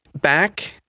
back